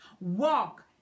Walk